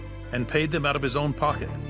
and paid them out of his own pocket.